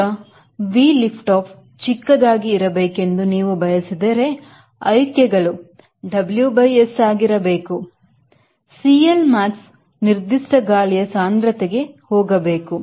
ಈಗ V lift off ಚಿಕ್ಕದಾಗಿ ಇರಬೇಕೆಂದು ನೀವು ಬಯಸಿದರೆ ಆಯ್ಕೆಗಳು W by S ಆಗಿರಬೇಕು CLmax ನಿರ್ದಿಷ್ಟ ಗಾಲಿಯ ಸಾಂದ್ರತೆಗೆ ಹೋಗಬೇಕು